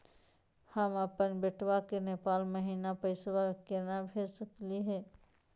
हम अपन बेटवा के नेपाल महिना पैसवा केना भेज सकली हे?